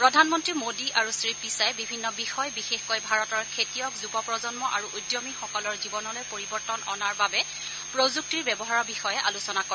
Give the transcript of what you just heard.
প্ৰধানমন্ত্ৰী মোদী আৰু শ্ৰীপিচাই বিভিন্ন বিষয় বিশেষকৈ ভাৰতৰ খেতিয়ক যুৱপ্ৰজন্ম আৰু উদ্যমীসকলৰ জীৱনলৈ পৰিৱৰ্তন অনাৰ বাবে প্ৰযুক্তিৰ ব্যৱহাৰৰ বিষয়ে আলোচনা কৰে